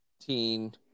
teen